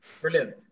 brilliant